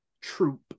Troop